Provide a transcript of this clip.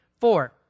Four